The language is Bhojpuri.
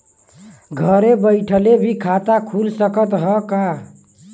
घरे बइठले भी खाता खुल सकत ह का?